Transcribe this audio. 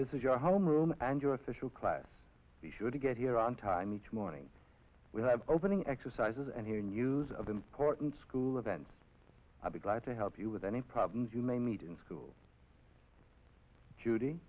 this is your home room and you official class be sure to get here on time each morning we have opening exercises and hear news of important school events i'll be glad to help you with any problems you may need in school judy